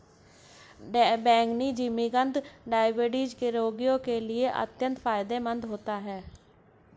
बैंगनी जिमीकंद डायबिटीज के रोगियों के लिए अत्यंत फायदेमंद होता है